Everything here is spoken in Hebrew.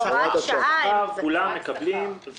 כולם מקבלים.